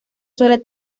suele